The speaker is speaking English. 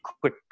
quick